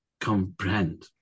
comprehend